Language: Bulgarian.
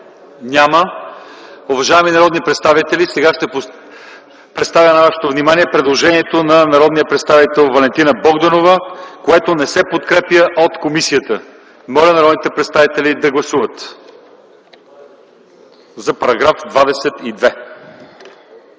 Няма. Уважаеми народни представители, сега ще поставя на гласуване предложението на народния представител Валентина Богданова, което не се подкрепя от комисията. Моля народните представители да гласуват § 22.